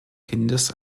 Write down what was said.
kindes